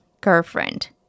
girlfriend